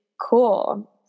Cool